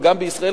וגם בישראל,